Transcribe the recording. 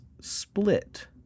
split